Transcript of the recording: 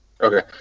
Okay